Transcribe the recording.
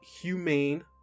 humane